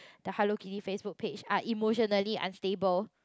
the Hello Kitty Facebook page are emotionally unstable